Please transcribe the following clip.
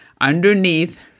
underneath